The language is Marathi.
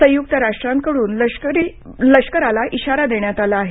संयुक्त राष्ट्रांकडून म्यानमा लष्कराला इशारा देण्यात आला आहे